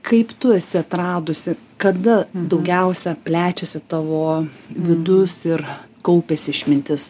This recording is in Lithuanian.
kaip tu esi atradusi kada daugiausia plečiasi tavo vidus ir kaupias išmintis